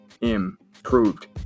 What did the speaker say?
improved